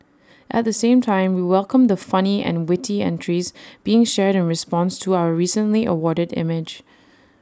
at the same time we welcome the funny and witty entries being shared in response to our recently awarded image